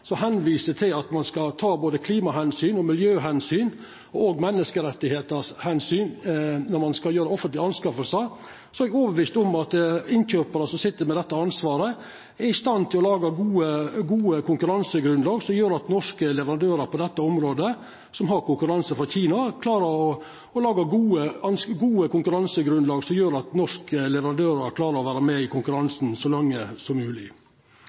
som viser til at ein skal ta både klimaomsyn, miljøomsyn og omsyn til menneskerettar når ein skal gjera offentlege innkjøp, vil innkjøparar som sit med dette ansvaret, vera i stand til å laga gode konkurransegrunnlag som gjer at norske leverandørar på dette området som har konkurranse frå Kina, klarar å vera med i konkurransen så lenge som